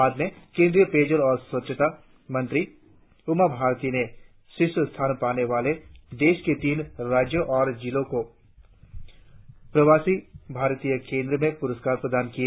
बाद में केंद्रीय पेयजल और स्वच्छता मंत्री उमा भारती ने शीर्ष स्थान पाने वाले देश के तीन राज्यों और जिलों को प्रवासी भारतीय केंद्र में पुरस्कार प्रदान किए